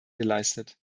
geleistet